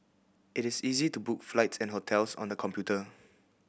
it is easy to book flight and hotels on the computer